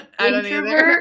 Introvert